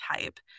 type